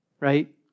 right